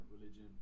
religion